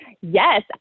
yes